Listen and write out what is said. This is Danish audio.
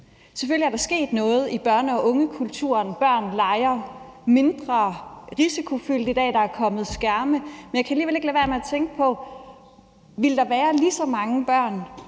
Selvfølgelig er der sket noget i børne- og ungekulturen. Børn leger mindre risikofyldt i dag, der er kommet skærme, men jeg kan alligevel ikke lade være med at tænke på: Ville der være lige så mange børn,